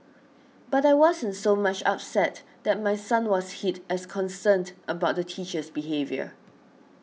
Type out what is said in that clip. but I wasn't so much upset that my son was hit as concerned about the teacher's behaviour